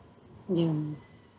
ya